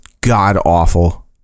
god-awful